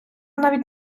навіть